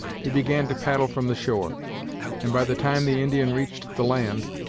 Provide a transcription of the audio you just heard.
he began to paddle from the shore and by the time the indian reached the land,